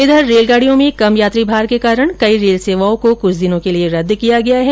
इधर ट्रेनों में कम यात्री भार के कारण कई रेल सेवाओं को कुछ दिनों के लिए रद्द किया गया है